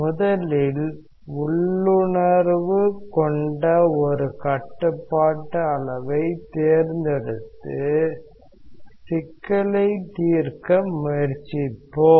முதலில் உள்ளுணர்வு கொண்ட ஒரு கட்டுப்பாட்டு அளவைத் தேர்ந்தெடுத்து சிக்கலைத் தீர்க்க முயற்சிப்போம்